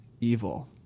evil